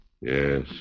Yes